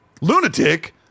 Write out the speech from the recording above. Lunatic